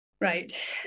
Right